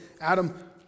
Adam